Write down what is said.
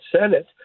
Senate